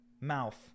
mouth